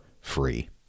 free